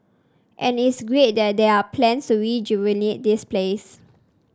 and it's great that there are plans to rejuvenate this place